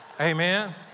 Amen